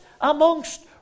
amongst